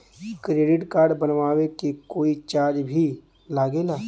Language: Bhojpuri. क्रेडिट कार्ड बनवावे के कोई चार्ज भी लागेला?